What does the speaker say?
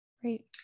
great